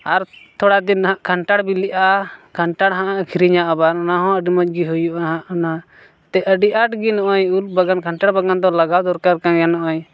ᱟᱨ ᱛᱷᱚᱲᱟ ᱫᱤᱱ ᱱᱟᱦᱟᱜ ᱠᱷᱟᱱᱴᱟᱲ ᱵᱤᱞᱤᱜᱼᱟ ᱠᱷᱟᱱᱴᱟᱲ ᱦᱟᱜ ᱟᱹᱠᱷᱨᱤᱧᱚᱜᱼᱟ ᱟᱵᱟᱨ ᱚᱱᱟ ᱦᱚᱸ ᱟᱹᱰᱤ ᱢᱚᱡ ᱜᱮ ᱦᱩᱭᱩᱜᱼᱟ ᱱᱟᱦᱟᱜ ᱚᱱᱟᱛᱮ ᱟᱹᱰᱤ ᱟᱸᱴ ᱜᱮ ᱱᱚᱜᱼᱚᱸᱭ ᱩᱞ ᱵᱟᱜᱟᱱ ᱠᱷᱟᱱᱴᱟᱲ ᱵᱟᱜᱟᱱ ᱫᱚ ᱞᱟᱜᱟᱣ ᱫᱚᱨᱠᱟᱨ ᱠᱟᱱ ᱜᱮᱭᱟ ᱱᱚᱜᱼᱚᱸᱭ